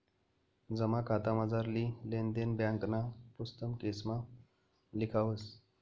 जमा खातामझारली लेन देन ब्यांकना पुस्तकेसमा लिखावस